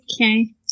Okay